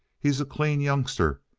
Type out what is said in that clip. he's a clean youngster,